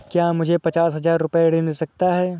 क्या मुझे पचास हजार रूपए ऋण मिल सकता है?